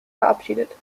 verabschiedet